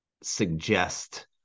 suggest